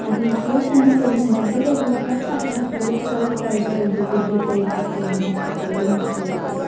అది చూసాను కొంచం దగ్గరగా చూసాక అక్కడ హోల్స్ హోల్స్ పడిపోయి ఉంది పిగిలి పోయినట్టు ఉంది నాకు అసలు ఏం నచ్చలేదు